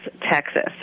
Texas